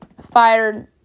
fired